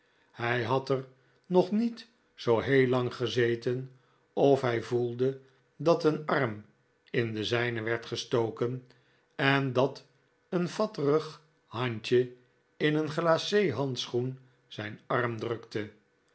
hij had er nog niet zoo heel lang gezeten of hij voelde dat een arm in den zijne werd gestoken en dat een fatterig handje in een glace handschoen zijn arm drukte